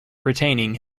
retaining